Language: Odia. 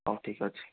ହଉ ଠିକ୍ ଅଛି